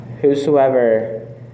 Whosoever